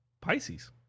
Pisces